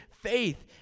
faith